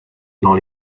dans